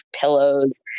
pillows